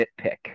nitpick